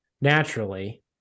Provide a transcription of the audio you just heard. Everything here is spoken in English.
naturally